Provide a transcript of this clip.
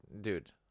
dude